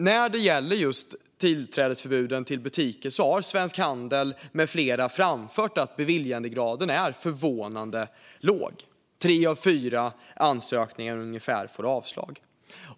När det gäller tillträdesförbudet till butiker har Svensk Handel med flera framfört att beviljandegraden är förvånande låg och att ungefär tre av fyra ansökningar får avslag.